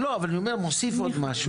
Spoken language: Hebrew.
כן, אבל אני מוסיף עוד משהו.